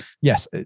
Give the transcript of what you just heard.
yes